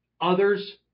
others